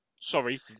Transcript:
Sorry